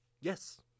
Yes